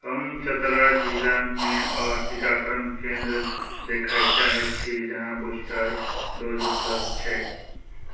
हम चतरा जिलामे ओ टीकाकरण केन्द्र देखय चाहैत छी जहाँ बूस्टर डोज उपलब्ध छैक